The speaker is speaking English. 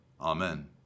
Amen